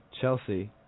Chelsea